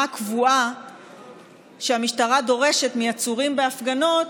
הקבועה שהמשטרה דורשת מעצורים בהפגנות: